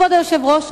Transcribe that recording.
כבוד היושב-ראש,